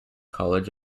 college